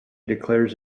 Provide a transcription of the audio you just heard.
declares